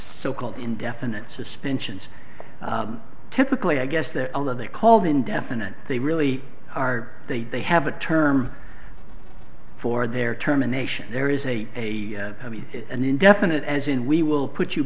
so called indefinite suspension typically i guess that although they are called indefinite they really are they they have a term for their terminations there is a an indefinite as in we will put you